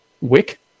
Wick